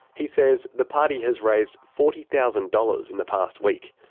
he says the party has raised forty thousand dollars in the past week.